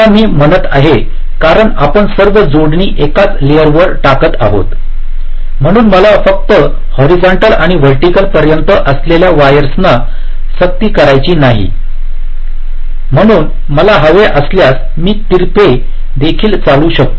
आता मी म्हणत आहे कारण आपण सर्व जोडणी एकाच लेयर वर टाकत आहोत म्हणून मला फक्त हॉरिझंटल आणि व्हर्टिकल पर्यंत असलेल्या वायरना सक्ती करायची नाही म्हणून मला हवे असल्यास मी तिरपे देखील चालवू शकतो